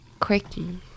quirky